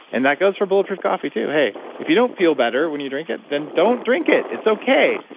and that goes for bulletproof coffee, too. hey, if you don't feel better when you drink it, then don't drink it. it's okay.